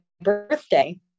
birthday